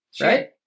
right